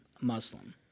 Muslim